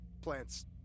plants